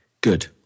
Good